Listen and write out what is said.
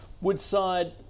Woodside